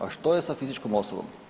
A što je sa fizičkom osobom?